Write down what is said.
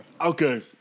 okay